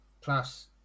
plus